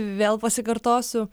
vėl pasikartosiu